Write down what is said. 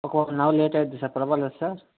ఒక one hour late అయ్యిద్ది sir పర్వాలేదా సార్